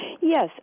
Yes